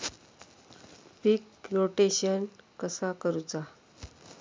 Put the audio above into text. पीक rotation कसा करूचा?